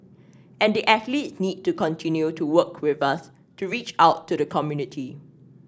and the athletes need to continue to work with us to reach out to the community